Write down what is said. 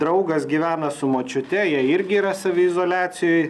draugas gyvena su močiute jie irgi yra saviizoliacijoj